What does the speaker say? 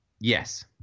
Yes